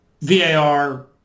VAR